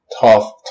tough